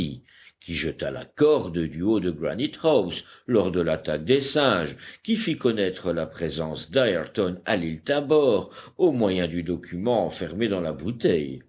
qui jeta la corde du haut de granite house lors de l'attaque des singes qui fit connaître la présence d'ayrton à l'île tabor au moyen du document enfermé dans la bouteille